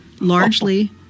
largely